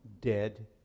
dead